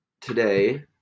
today